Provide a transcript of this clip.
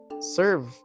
serve